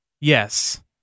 Yes